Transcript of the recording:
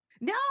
No